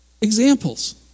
examples